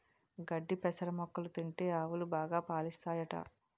గడ్డి పెసర మొక్కలు తింటే ఆవులు బాగా పాలుస్తాయట